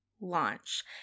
launch